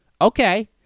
Okay